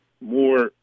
more